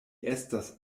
estas